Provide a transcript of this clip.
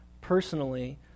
personally